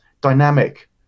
dynamic